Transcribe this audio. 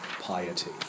piety